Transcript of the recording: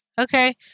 Okay